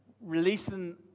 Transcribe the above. releasing